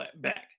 back